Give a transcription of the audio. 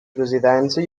presidència